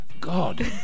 God